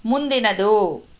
ಮುಂದಿನದು